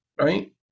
right